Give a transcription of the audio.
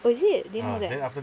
is it didn't know that